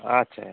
আচ্ছা